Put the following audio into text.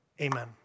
Amen